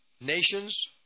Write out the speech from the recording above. nations